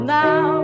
now